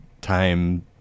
time